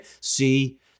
see